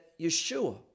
Yeshua